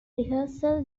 rehearsal